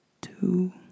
two